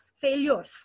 failures